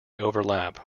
overlap